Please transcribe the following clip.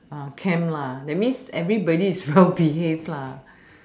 camp lah that means everybody is well behaved lah